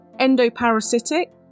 Endoparasitic